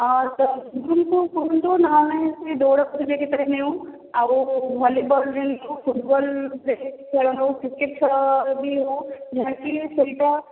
ହଁ ତ ଶୁଭମ କୁ କୁହନ୍ତୁ ନ ହେଲେ ସେ ଦୌଡ ପ୍ରତିଯୋଗିତାରେ ବି ନେଉ ଆଉ ଭଲିବଲରେ ବି ନେଉ ଆଉ ଫୁଟବଲ ଖେଳ ନେଉ କ୍ରିକେଟ ଖେଳରେ ବି ନେଉ ଯାହାକି ସେଇଟା